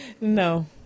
No